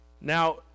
Now